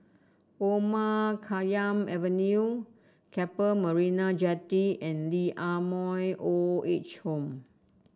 Omar Khayyam Avenue Keppel Marina Jetty and Lee Ah Mooi Old Age Home